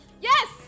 Yes